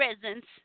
presence